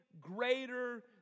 greater